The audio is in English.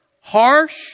harsh